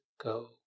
go